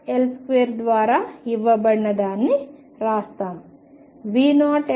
V0L2 ద్వారా ఇవ్వబడిన దానిని రాస్తాం